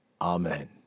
Amen